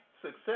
success